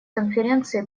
конференции